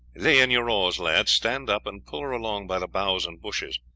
lay in your oars, lads stand up, and pull her along by the boughs and bushes,